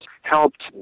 helped